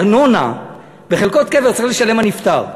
ארנונה בחלקות קבר צריך לשלם הנפטר.